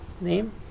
name